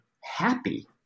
happy